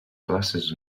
classes